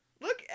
look